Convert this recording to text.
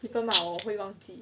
一个骂我会忘记